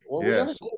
Yes